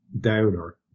downer